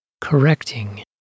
correcting